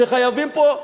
שחייבים פה,